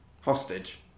Hostage